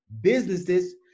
businesses